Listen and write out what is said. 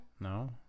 No